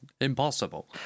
impossible